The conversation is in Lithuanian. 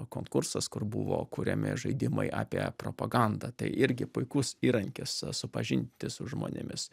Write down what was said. konkursas kur buvo kuriami žaidimai apie propagandą tai irgi puikus įrankis supažindinti su žmonėmis